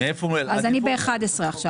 עכשיו ב-11.